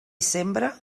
sembra